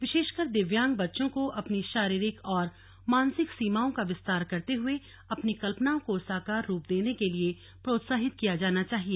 विशेषकर दिव्यांग बच्चों को अपनी शारीरिक और मानसिक सीमाओं का विस्तार करते हुए अपनी कल्पनाओं को साकार रूप देने के लिए प्रोत्साहित किया जाना चाहिए